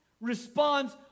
responds